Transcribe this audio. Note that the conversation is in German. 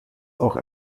auch